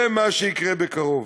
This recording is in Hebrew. זה מה שיקרה בקרוב,